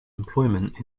employment